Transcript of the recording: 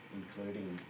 including